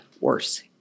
worse